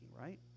right